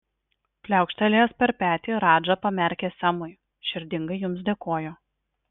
pliaukštelėjęs per petį radža pamerkė semui širdingai jums dėkoju